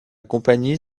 compagnie